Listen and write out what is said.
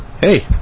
Hey